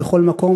בכל מקום.